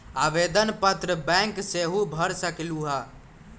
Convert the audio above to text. आवेदन पत्र बैंक सेहु भर सकलु ह?